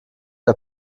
der